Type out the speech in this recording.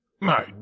My